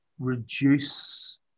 reduce